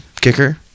kicker